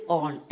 on